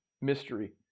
mystery